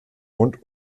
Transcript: und